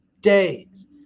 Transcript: days